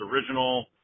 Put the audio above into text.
original